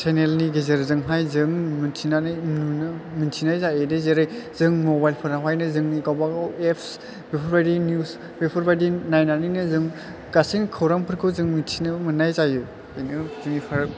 चेनेलनि गेजेरजोंहाय जों मोनथिनानै नुनो मिन्थिनाय जायोदि जेरै जों मबाइलफोरावहायनो जोंनि गावबा गाव एफ्स बेफोर बादि निउस बेफोर बादि नायनानैनो जों गासै खौरांफोरखौ जों मिथिनो मोननाय जायो बेनो बेनि फारागथिया